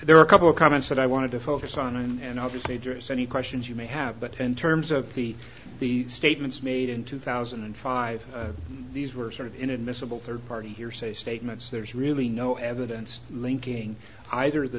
there are a couple of comments that i wanted to focus on and other stagers any questions you may have but in terms of the the statements made in two thousand and five these were sort of inadmissible third party hearsay statements there's really no evidence linking either